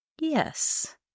Yes